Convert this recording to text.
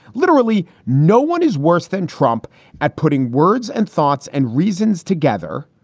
literally. no one is worse than trump at putting words and thoughts and reasons together.